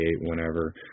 whenever